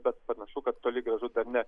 bet panašu kad toli gražu ne